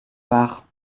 part